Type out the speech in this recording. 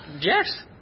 Yes